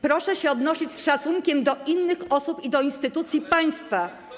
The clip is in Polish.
Proszę się odnosić z szacunkiem do innych osób i do instytucji państwa.